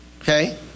Okay